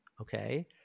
okay